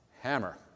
hammer